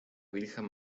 virgen